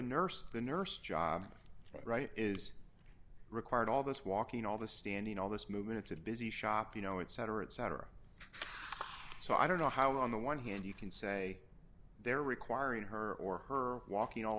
nurse the nurse job right is required all this walking all the standing all this movement it's a busy shop you know it cetera et cetera so i don't know how on the one hand you can say they're requiring her or her walking all